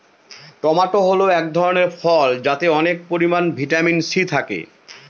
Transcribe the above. tomato হল এক ধরনের ফল যাতে অনেক পরিমান ভিটামিন সি থাকে